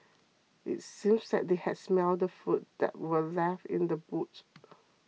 it seemed that they had smelt the food that were left in the boot